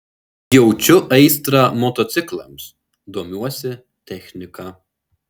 jaučiu aistrą motociklams domiuosi technika